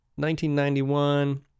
1991